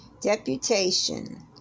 deputation